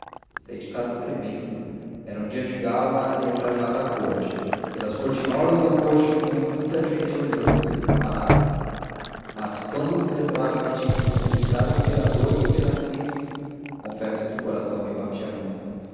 saí de casa tremendo era dia de gala ia trajada à corte pelas portinholas do coche via muita gente olhando parada mas quando me lembrava que tinha de cumprimentar o imperador e a imperatriz confesso que o coração me batia muito